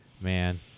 man